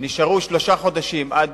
נשארו שלושה חודשים עד